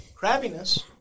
crabbiness